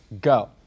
go